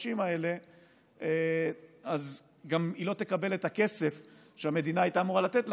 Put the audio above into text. החודשים האלה גם לא תקבל את הכסף שהמדינה הייתה אמורה לתת לה,